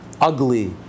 ugly